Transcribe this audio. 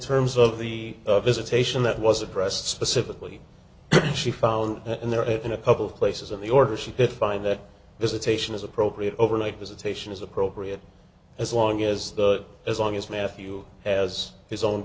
terms of the visitation that was addressed specifically she found in there in a couple of places in the order she could find that visitation is appropriate overnight visitation is appropriate as long as the as long as matthew has his own